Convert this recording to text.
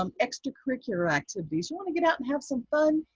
um extracurricular activities. you want to get out and have some fun?